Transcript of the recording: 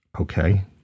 Okay